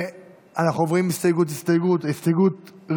אנחנו עוברים הסתייגות-הסתייגות.